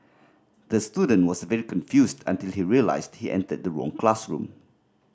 the student was very confused until he realised he entered the wrong classroom